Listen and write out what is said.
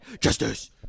Justice